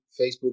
Facebook